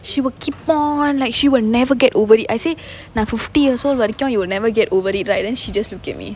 she will keep on like she will never get over it I say நான்:naan fifty years old வரைக்கும்:varaikum you will never get over it right then she just look at me